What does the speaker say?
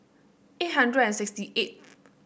eight hundred and sixty eight